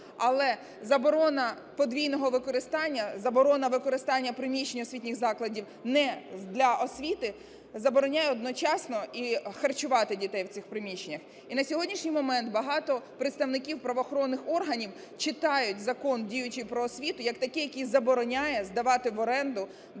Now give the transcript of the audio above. Але заборона подвійного використання, заборона використання приміщень освітніх закладів не для освіти забороняє одночасно і харчувати дітей в цих приміщеннях. І на сьогоднішній момент багато представників правоохоронних органів читають Закон діючий "Про освіту" як такий, який забороняє здавати в оренду для